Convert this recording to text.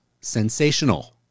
sensational